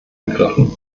ergriffen